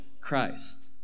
Christ